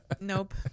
Nope